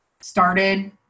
started